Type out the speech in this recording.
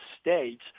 states